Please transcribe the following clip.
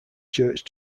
church